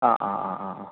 ആ ആ ആ ആ ആ